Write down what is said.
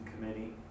Committee